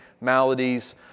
maladies